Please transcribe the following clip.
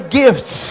gifts